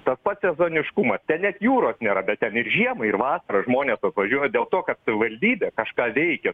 tas pats sezoniškumas ten net jūros nėra bet žiemą ir vasarą žmonės važiuoja dėl to kad savivaldybė kažką veikia